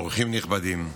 אורחים נכבדים.